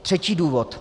Třetí důvod.